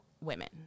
women